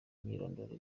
imyirondoro